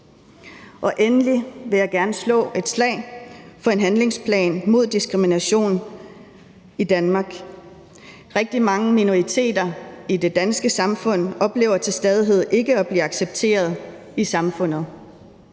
Og endelig vil jeg gerne slå et slag for en handlingsplan mod diskrimination i Danmark. Rigtig mange minoriteter i det danske samfund oplever til stadighed ikke at blive accepteret i samfundet.